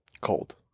cold